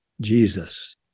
Jesus